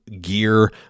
gear